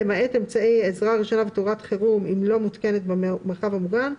למעט אמצעי עזרה ראשונה ותאורת חירום אם לא מותקנת במרחב המוגן,